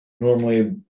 Normally